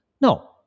No